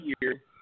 year